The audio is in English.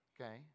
okay